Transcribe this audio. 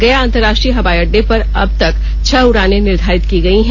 गया अंतर्राष्ट्रीय हवाई अड्डे पर अब तक छह उडाने निर्धारित की गई हैं